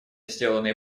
сделанные